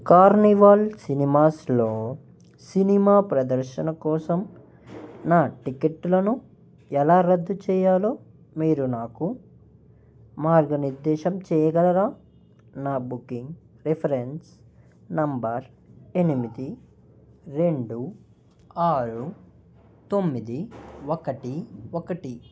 carnival సినిమాస్లో cinema ప్రదర్శన కోసం నా టిక్కెట్లను ఎలా రద్దు చెయ్యాలో మీరు నాకు మార్గనిర్దేశం చెయ్యగలరా నా బుకింగ్ రిఫరెన్స్ నంబర్ ఎనిమిది రెండు ఆరు తొమ్మిది ఒకటి ఒకటి